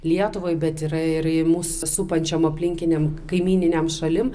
lietuvai bet ir ir mus supančiom aplinkinėm kaimyninėm šalim